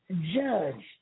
Judge